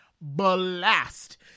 Blast